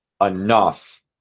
enough